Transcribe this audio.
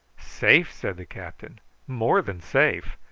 safe! said the captain more than safe,